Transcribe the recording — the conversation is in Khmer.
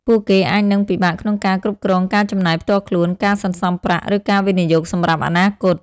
ពួកគេអាចនឹងពិបាកក្នុងការគ្រប់គ្រងការចំណាយផ្ទាល់ខ្លួន ការសន្សំប្រាក់ ឬការវិនិយោគសម្រាប់អនាគត។